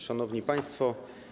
Szanowni Państwo!